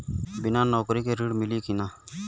बिना नौकरी के ऋण मिली कि ना?